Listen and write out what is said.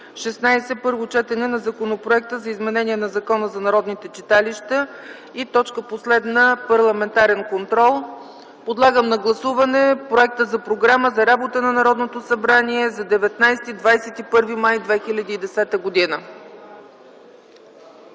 16. Първо четене на Законопроекта за изменение на Закона за народните читалища. 17. Парламентарен контрол. Подлагам на гласуване проекта за програма за работа на Народното събрание за периода 19-21 май 2010 г.